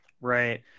right